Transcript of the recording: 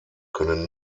können